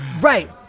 Right